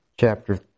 chapter